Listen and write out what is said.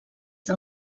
del